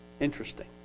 Interesting